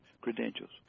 Credentials